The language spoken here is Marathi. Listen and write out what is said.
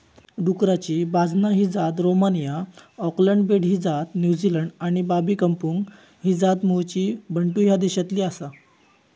डुकराची बाजना ही जात रोमानिया, ऑकलंड बेट ही जात न्युझीलंड आणि बाबी कंपुंग ही जात मूळची बंटू ह्या देशातली आसा